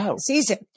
season